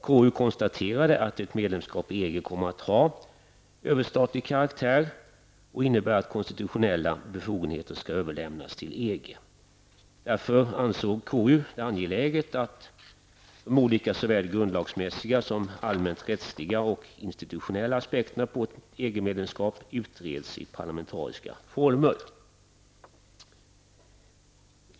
KU konstaterar att ett medlemskap i EG kommer att ha överstatlig karaktär och innebär att konstitutionella befogenheter skall överlämnas till EG. Därför anser KU det angeläget att de olika, såväl grundlagsmässiga som allmänrättsliga och institutionella, aspekterna på ett EG-medlemskap utreds i parlamentariska former.